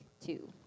two